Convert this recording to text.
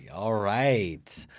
yeah alright!